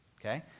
okay